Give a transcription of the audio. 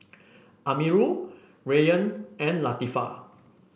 Amirul Rayyan and Latifa